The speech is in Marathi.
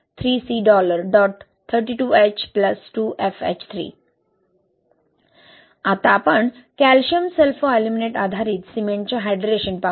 32H 2FH3 आता आपण कॅल्शियम सल्फोअल्युमिनेट आधारित सिमेंटचे हायड्रेशन पाहू